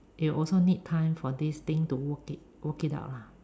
you also need time for this thing to work it work it out lah